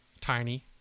tiny